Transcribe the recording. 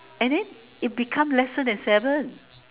and then it become lesser than seven